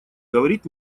говорить